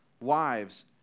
wives